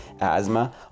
asthma